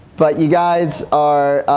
but you guys are,